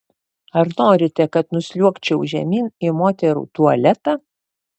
ar norite kad nusliuogčiau žemyn į moterų tualetą